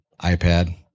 iPad